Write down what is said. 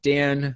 Dan